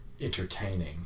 entertaining